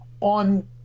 on